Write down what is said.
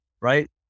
right